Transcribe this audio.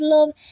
Love